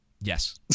Yes